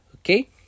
okay